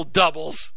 doubles